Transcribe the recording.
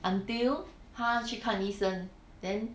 until 她去看医生 then